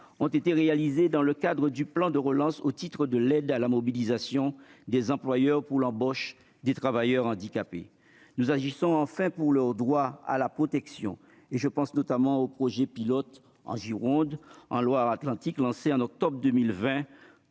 ont été réalisés dans le cadre du plan de relance, au titre de l'aide à la mobilisation des employeurs pour l'embauche des travailleurs handicapés. Nous agissons enfin pour leur droit à la protection. Je pense notamment aux projets pilotes en Gironde et en Loire-Atlantique lancés en octobre 2020